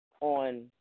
on